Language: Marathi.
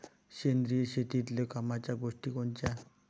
सेंद्रिय शेतीतले कामाच्या गोष्टी कोनच्या?